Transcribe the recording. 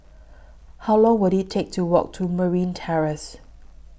How Long Will IT Take to Walk to Merryn Terrace